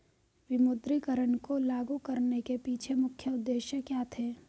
विमुद्रीकरण को लागू करने के पीछे मुख्य उद्देश्य क्या थे?